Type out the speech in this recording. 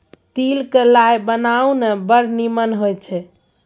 तिल क लाय बनाउ ने बड़ निमन होए छै